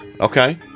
Okay